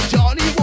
Johnny